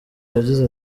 yagize